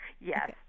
Yes